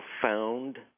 profound